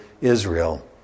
Israel